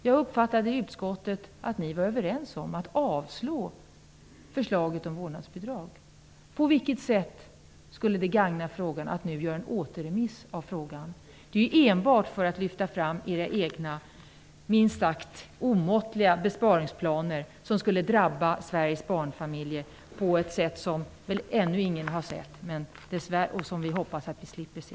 Jag uppfattade i utskottet att ni i Ny demokrati var överens om att yrka avslag på förslaget om vårdnadsbidrag. På vilket sätt skulle det gagna frågan att nu göra en återremiss av ärendet? Syftet är väl enbart att lyfta fram era egna minst sagt omåttliga besparingsplaner, som skulle drabba Sveriges barnfamiljer på ett sätt som vi väl ännu aldrig har sett och som vi hoppas att vi slipper se.